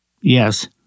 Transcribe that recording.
yes